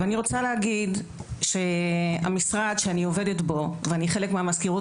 אני רוצה להגיד שהמשרד שאני עובדת בו אני חלק מהמזכירות